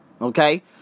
okay